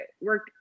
work